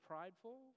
prideful